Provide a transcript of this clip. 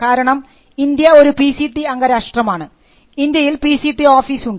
കാരണം ഇന്ത്യ ഒരു P C T അംഗ രാഷ്ട്രമാണ് ഇന്ത്യയിൽ പി സി ടി ഓഫീസ് ഉണ്ട്